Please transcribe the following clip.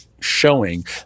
showing